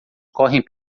correm